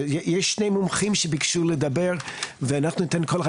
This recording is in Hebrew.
יש שני מומחים שביקשו לדבר ואנחנו ניתן לכל אחד